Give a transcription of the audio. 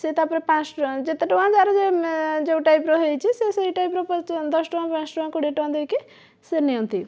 ସେ ତାପରେ ପାଞ୍ଚ ଟଙ୍କା ଯେତେ ଟଙ୍କା ଯାହାର ଯେଉଁ ଟାଇପ୍ର ହୋଇଛି ସେ ସେଇ ଟାଇପ୍ର ଦଶ ଟଙ୍କା ପାଞ୍ଚ ଟଙ୍କା କୋଡ଼ିଏ ଟଙ୍କା ଦେଇକି ସେ ନିଅନ୍ତି